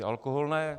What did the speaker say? Alkohol ne.